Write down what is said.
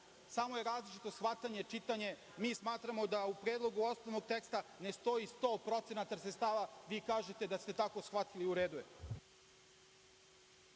samo je različito shvatanje, čitanje. Smatramo da u predlogu osnovnog teksta ne stoji 100% sredstava, vi kažete da ste tako shvatili, u redu